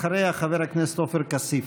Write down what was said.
אחריה, חבר הכנסת עופר כסיף.